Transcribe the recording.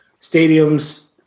stadiums